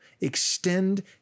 extend